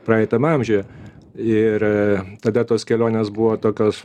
praeitam amžiuje ir tada tos kelionės buvo tokios